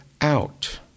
out